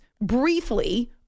briefly